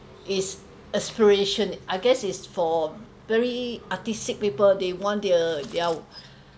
it's aspiration I guess it's for very artistic people they want their their world they want to build their own